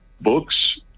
Books